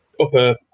upper